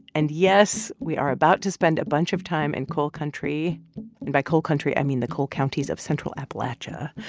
and yes, we are about to spend a bunch of time in coal country and by coal country, i mean the coal counties of central appalachia.